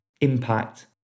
impact